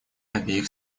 обеих